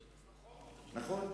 נכון?